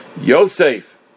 Yosef